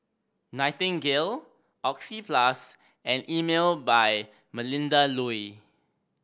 Nightingale Oxyplus and Emel by Melinda Looi